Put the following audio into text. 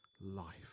life